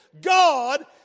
God